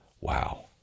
Wow